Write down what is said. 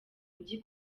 mijyi